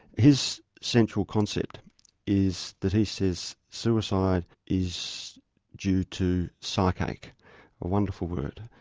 his central concept is that he says suicide is due to psychache, a wonderful word,